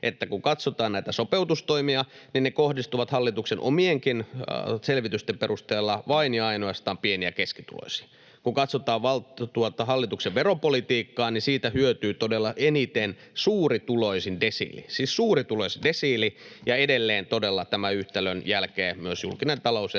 Kun katsotaan näitä sopeutustoimia, niin ne kohdistuvat hallituksen omienkin selvitysten perusteella vain ja ainoastaan pieni- ja keskituloisiin. Kun katsotaan hallituksen veropolitiikkaa, niin siitä todella eniten hyötyy suurituloisin desiili — siis suurituloisin desiili. Ja edelleen todella tämän yhtälön jälkeen myös julkinen talous